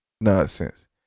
nonsense